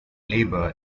labor